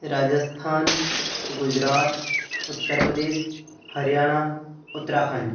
Rajasthan Gujarat Uttar Pradesh Haryana Uttarakhand